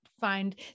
find